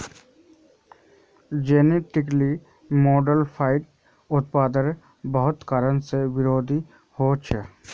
genetically modified उत्पादेर बहुत कारण से विरोधो होछे